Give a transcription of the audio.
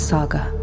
Saga